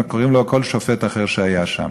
או כל שופט אחר שהיה שם.